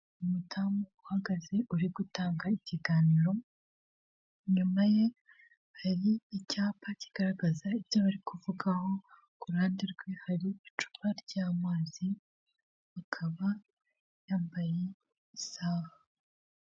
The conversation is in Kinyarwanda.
Umudamu uhagaze uri gutanga ikiganiro, inyuma ye hari icyapa kigaragaza ibyo bari kuvugaho, ku ruhande rwe hari icupa ryamazi, akaba yambaye isaha.